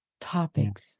topics